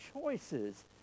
choices